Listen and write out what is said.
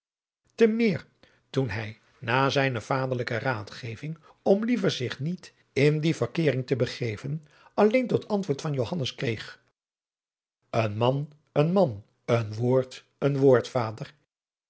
te meer toen hij na zijne vaderlijke raadgeving om liever zich niet in die verkeering te begeven alleen tot antwoord van johannes kreeg een man een man een woord een woord vader